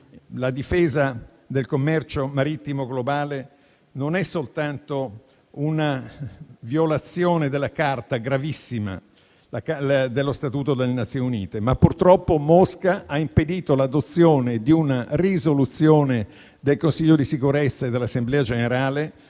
La difesa del commercio marittimo globale non è soltanto una violazione gravissima dello Statuto delle Nazioni Unite. Purtroppo Mosca ha impedito anche l'adozione di una risoluzione del Consiglio di sicurezza e dell'Assemblea generale